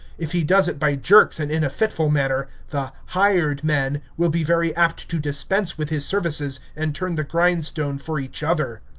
if he does it by jerks and in a fitful manner, the hired men will be very apt to dispense with his services and turn the grindstone for each other.